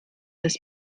des